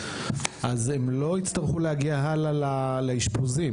אז הם לא יצטרכו להגיע הלאה לאשפוזים,